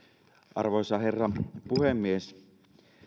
arvoisa herra puhemies